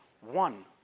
one